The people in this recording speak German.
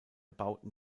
bauten